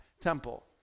temple